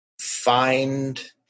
Find